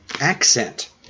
accent